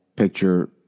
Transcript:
picture